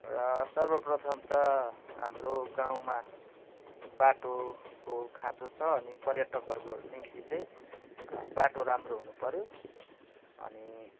र सर्व प्रथम त हाम्रो गाउँमा बाटोको खाँचो छ अनि पर्यटकहरूको निम्ति चाहिँ बाटो राम्रो हुनु पऱ्यो अनि